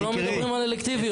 אנחנו לא מדברים על אלקטיביות,